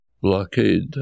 blockade